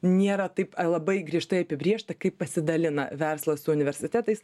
nėra taip labai griežtai apibrėžta kaip pasidalina verslas su universitetais